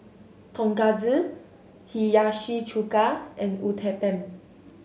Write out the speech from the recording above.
Tonkatsu Hiyashi Chuka and Uthapam